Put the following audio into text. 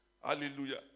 Hallelujah